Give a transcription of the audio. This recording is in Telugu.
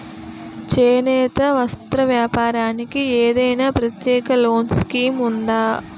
చేనేత వస్త్ర వ్యాపారానికి ఏదైనా ప్రత్యేక లోన్ స్కీం ఉందా?